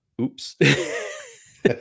oops